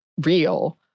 real